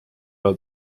ajal